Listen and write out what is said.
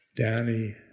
Danny